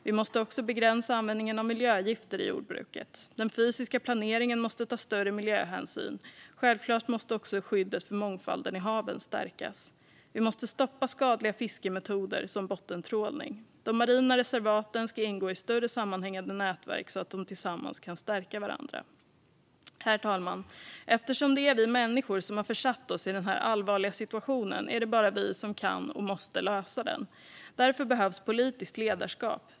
Vi måste också begränsa användningen av miljögifter i jordbruket. Den fysiska planeringen måste ta större miljöhänsyn. Självklart måste också skyddet för mångfalden i havet stärkas. Vi måste stoppa skadliga fiskemetoder som bottentrålning. De marina reservaten ska ingå i större sammanhängande nätverk så att de tillsammans kan stärka varandra. Herr talman! Eftersom det är vi människor som har försatt oss i den här allvarliga situationen är det bara vi som kan och måste lösa den. Därför behövs politiskt ledarskap.